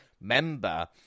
member